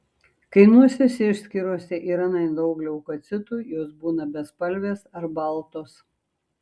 kai nosies išskyrose yra nedaug leukocitų jos būna bespalvės ar baltos